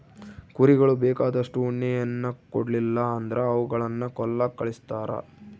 ಕುರಿಗಳು ಬೇಕಾದಷ್ಟು ಉಣ್ಣೆಯನ್ನ ಕೊಡ್ಲಿಲ್ಲ ಅಂದ್ರ ಅವುಗಳನ್ನ ಕೊಲ್ಲಕ ಕಳಿಸ್ತಾರ